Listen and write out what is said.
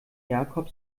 jakob